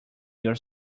your